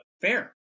fair